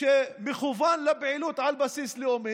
שמכוון לפעילות על בסיס לאומי,